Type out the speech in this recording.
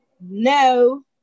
no